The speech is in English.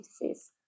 disease